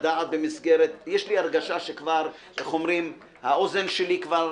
הדעת במסגרת יש לי הרגשה שהאוזן שלי כבר